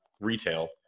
retail